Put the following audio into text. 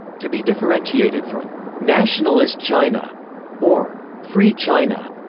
to be differentiated from nationalist china or free china.